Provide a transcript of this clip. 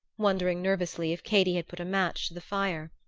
wondering nervously if katy had put a match to the fire.